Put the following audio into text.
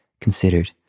considered